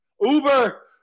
Uber